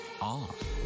off